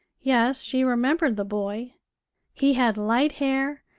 yes, she remembered the boy he had light hair,